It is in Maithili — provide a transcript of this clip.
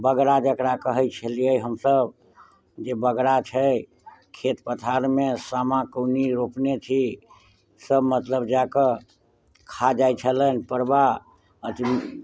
बगड़ा जेकरा कहै छलियै हमसब जे बगड़ा छै खेत पथार मे सामा कौनी रोपने छी सब मतलब जा कऽ खा जाइ छलैन पड़बा अथी